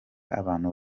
abantu